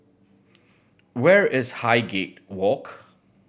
where is Highgate Walk